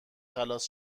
خلاص